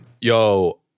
Yo